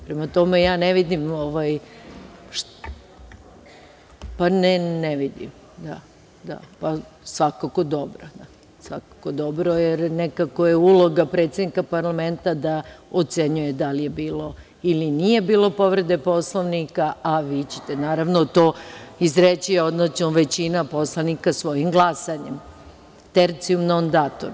Prema tome, ne vidim… (Aleksandra Jerkov: Ne vidite?) Ne, ne vidim. (Aleksandra Jerkov: Dobro.) Svakako dobro, jer nekako je uloga predsednika parlamenta da ocenjuje da li je bilo ili nije bilo povrede Poslovnika, a vi ćete naravno to izreći, odnosno većina poslanika svojim glasanjem, „tertium non datur“